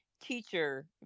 teacher